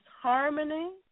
harmony